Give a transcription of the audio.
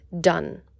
done